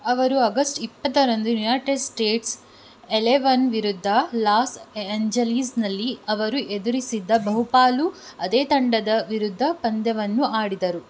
ಅವರು ಆಗಸ್ಟ್ ಇಪ್ಪತ್ತರಂದು United States eleven ವಿರುದ್ಧ ಲಾಸ್ ಏಂಜಲೀಸ್ನಲ್ಲಿ ಅವರು ಎದುರಿಸಿದ್ದ ಬಹುಪಾಲು ಅದೇ ತಂಡದ ವಿರುದ್ಧ ಪಂದ್ಯವನ್ನು ಆಡಿದರು